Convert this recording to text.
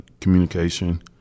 communication